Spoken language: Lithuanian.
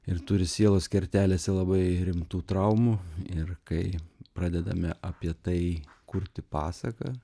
ir turi sielos kertelėse labai rimtų traumų ir kai pradedame apie tai kurti pasaką